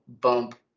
bump